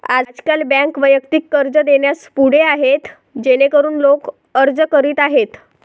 आजकाल बँका वैयक्तिक कर्ज देण्यास पुढे आहेत जेणेकरून लोक अर्ज करीत आहेत